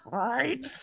right